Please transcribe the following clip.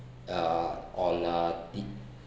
uh on uh the